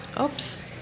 Oops